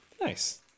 Nice